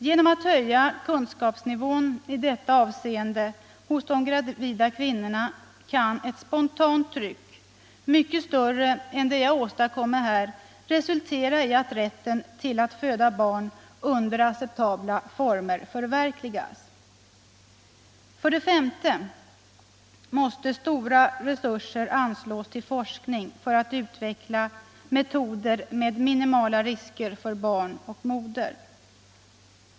Genom att höja kunskapsnivån i detta avseende hos de gravida kvinnorna kan man få till stånd ett spontant tryck — mycket större än det jag kan åstadkomma här i riksdagen —- som resulterar i att rätten att föda barn under acceptabla former förverkligas. För det femte måste stora resurser anslås till forskning för att utveckla metoder med minimala risker för barn och moder.